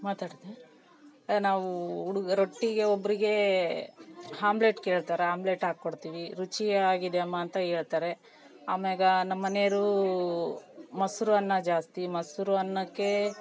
ಮಾತಾಡ್ತೆ ನಾವೂ ಹುಡುಗರೊಟ್ಟಿಗೆ ಒಬ್ಬರಿಗೇ ಹಾಮ್ಲೆಟ್ ಕೇಳ್ತಾರೆ ಆಮ್ಲೆಟ್ ಹಾಕೊಡ್ತಿವಿ ರುಚಿಯಾಗಿದೆ ಅಮ್ಮ ಅಂತ ಹೇಳ್ತಾರೆ ಆಮೇಲೆ ನಮ್ಮ ಮನೆಯೋರೂ ಮೊಸರು ಅನ್ನ ಜಾಸ್ತಿ ಮೊಸರು ಅನ್ನಕ್ಕೇ